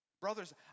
Brothers